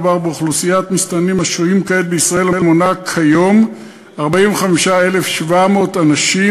מדובר באוכלוסיית מסתננים השוהים כעת בישראל המונה כיום כ-45,700 אנשים.